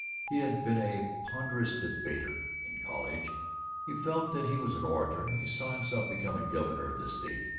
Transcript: he had been a ponderous debater in college he felt that he was an orator he saw himself becoming governor of the state.